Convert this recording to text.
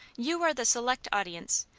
you are the select audience.